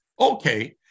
Okay